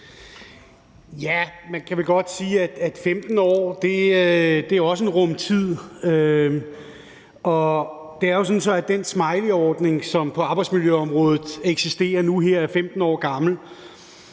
Tak. Man kan vel godt sige, at 15 år er en rum tid. Og det er jo sådan, at den smileyordning, som på arbejdsmiljøområdet eksisterer nu, er 15 år gammel,